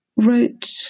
Wrote